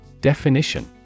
Definition